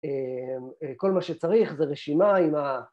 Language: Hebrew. ‫כל מה שצריך זה רשימה עם ה...